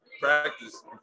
Practice